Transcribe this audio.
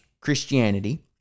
Christianity